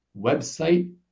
website